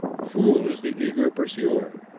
fools the eager pursuer.